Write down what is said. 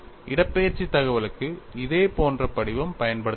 இடப்பெயர்ச்சி தகவலுக்கு இதேபோன்ற படிவம் பயன்படுத்தப்படும்